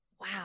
wow